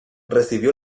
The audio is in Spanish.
recibió